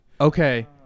Okay